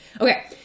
Okay